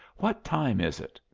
what time is it?